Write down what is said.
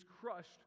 crushed